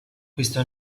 questo